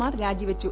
മാർ രാജിവച്ചു